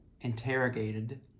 interrogated